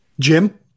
Jim